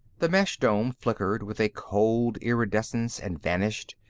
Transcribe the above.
the mesh dome flickered with a cold iridescence and vanished,